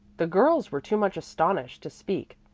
the girls were too much astonished to speak,